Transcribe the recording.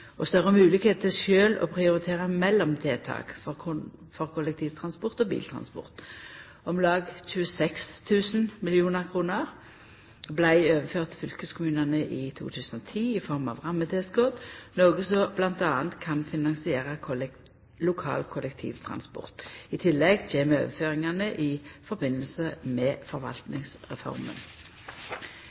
og større moglegheiter til sjølve å prioritera mellom tiltak for kollektivtransport og biltransport. Om lag 26 000 mill. kr vart i form av rammetilskott overførte til fylkeskommunane i 2010, noko som bl.a. kan finansiera lokal kollektivtransport. I tillegg kjem overføringane i samband med forvaltningsreforma.